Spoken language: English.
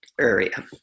area